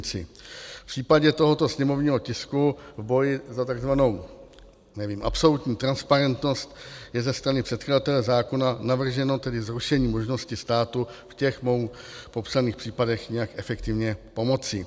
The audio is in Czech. V případě tohoto sněmovního tisku boj za takzvanou, nevím, absolutní transparentnost je ze strany předkladatele zákona navrženo zrušení možnosti státu v těch mou popsaných případech nějak efektivně pomoci.